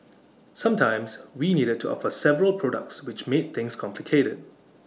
sometimes we needed to offer several products which made things complicated